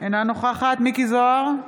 אינה נוכחת מכלוף מיקי זוהר,